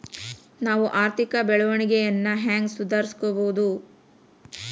ನಾವು ಆರ್ಥಿಕ ಬೆಳವಣಿಗೆಯನ್ನ ಹೆಂಗ್ ಸುಧಾರಿಸ್ಬಹುದ್?